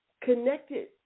connected